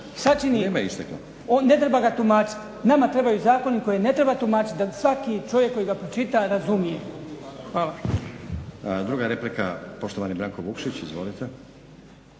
sačini, ne treba ga tumačiti. Nama trebaju zakoni koje ne treba tumačiti, da ga svaki čovjek koji ga pročita razumije. Hvala. **Stazić, Nenad (SDP)** Druga replika, poštovani Branko Vukšić. Izvolite.